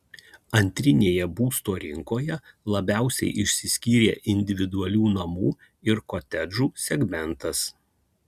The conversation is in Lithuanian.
antrinėje būsto rinkoje labiausiai išsiskyrė individualių namų ir kotedžų segmentas